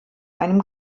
einem